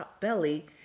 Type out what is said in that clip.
belly